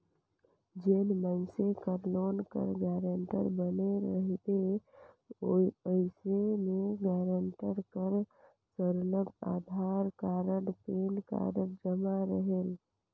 जेन मइनसे कर लोन कर गारंटर बने रहिबे अइसे में गारंटर कर सरलग अधार कारड, पेन कारड जमा रहेल